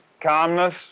calmness